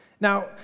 Now